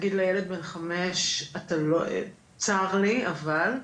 להגיד לילד בן חמש 'אתה לא', 'צר לי, אבל',